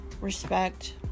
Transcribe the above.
respect